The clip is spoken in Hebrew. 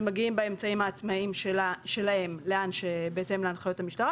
הם מגיעים באמצעים העצמאיים שלהם בהתאם להנחיות המשטרה,